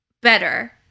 better